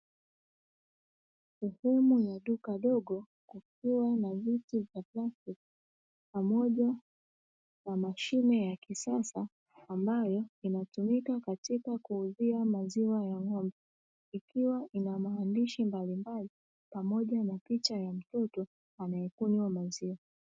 Mfumo ya duka dogo kukiwa na viti vya plastiki pamoja wa mashine ya kisasa ambayo, inatumika katika kuuzia maziwa ya ng'ombe, ikiwa ina maandishi mbalimbali pamoja na picha ya mtoto anayekunywa maziwa.